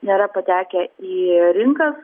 nėra patekę į rinką